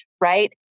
right